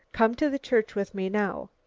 come to the church with me now.